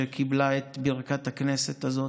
שקיבלה את ברכת הכנסת הזאת.